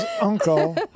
uncle